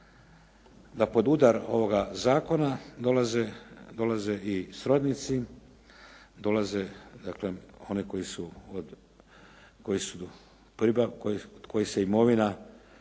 da pod udar ovog zakona dolaze i srodnici. Dolaze dakle oni od kojih se imovina,